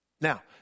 Now